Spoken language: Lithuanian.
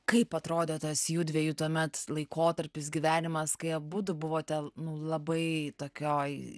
kaip atrodė tas jųdviejų tuomet laikotarpis gyvenimas kai abudu buvote nu labai tokioj